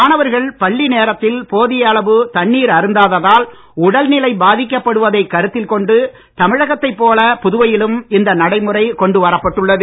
மாணவர்கள் பள்ளி நேரத்தில் போதிய அளவு தண்ணீர் அருந்தாததால் உடல் நிலை பாதிக்கப்படுவதை கருத்தில் கொண்டு தமிழகத்தைப் போல் புதுவையிலும் இந்த நடைமுறை கொண்டு வரப்பட்டுள்ளது